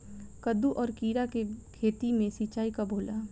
कदु और किरा के खेती में सिंचाई कब होला?